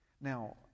Now